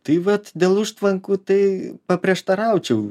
tai vat dėl užtvankų tai paprieštaraučiau